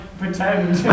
pretend